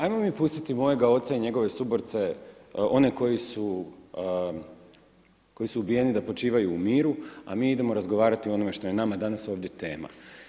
Ajmo pustiti mojega oca i njegove suborce, one koji su ubijeni da počivaju u miru, a mi idemo razgovarati o onome što je nama danas ovdje tema.